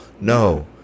No